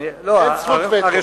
אין זכות וטו.